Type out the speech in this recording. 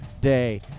Day